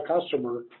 customer